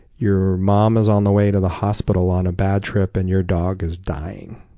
your mom is on the way to the hospital on a bad trip, and your dog is dying.